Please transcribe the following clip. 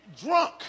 drunk